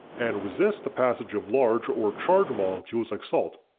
and resist the passage of large or charged molecules like salt.